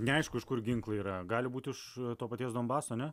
neaišku iš kur ginklai yra gali būt iš to paties donbaso ane